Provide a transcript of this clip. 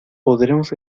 podremos